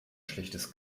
schlechtes